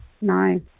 no